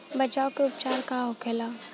बचाव व उपचार का होखेला?